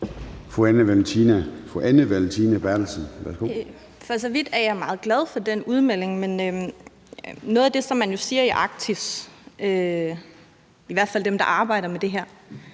For så vidt er jeg meget glad for den udmelding, men noget af det, som man jo siger i Arktis – i hvert fald dem, der arbejder med det her